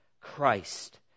Christ